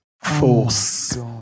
force